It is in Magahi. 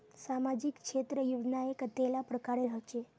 सामाजिक क्षेत्र योजनाएँ कतेला प्रकारेर होचे?